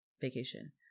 vacation